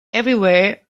everywhere